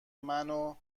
منو